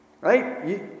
Right